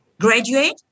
graduate